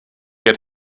had